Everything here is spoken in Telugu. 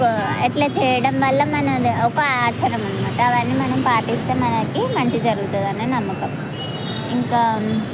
అట్లా చేయడంవల్ల మనది ఒక ఆచారం అన్నమాట అవన్నీ మనం పాటిస్తే మనకి మంచి జరుగుతుంది అని నమ్మకం ఇంకా